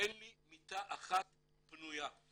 מיטה אחת פנויה.